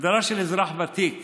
הגדרה של אזרח ותיק